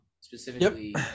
specifically